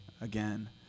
again